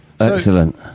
Excellent